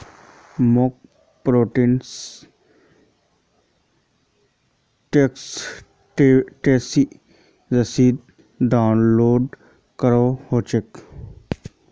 मौक प्रॉपर्टी र टैक्स टैक्सी रसीद डाउनलोड करवा होवे